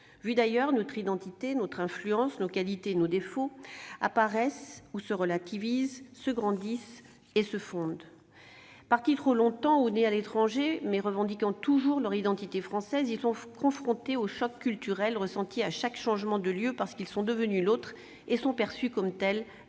Vus d'ailleurs, notre identité, notre influence, nos qualités et nos défauts apparaissent ou se relativisent, se grandissent et se fondent. Partis trop longtemps ou nés à l'étranger, mais revendiquant toujours leur identité française, ils sont confrontés au choc culturel ressenti à chaque changement de lieu parce qu'ils sont devenus « l'autre » et sont perçus comme tels